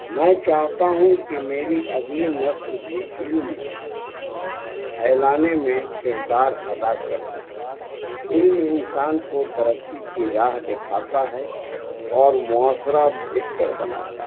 میں چاہتا ہوں کہ میری اگلی نسل بھی علم پھیلانے میں کردار ادا کرے علم انسان کو ترقی کی راہ دکھاتا ہے اور معاشرہ بہتر بناتا ہے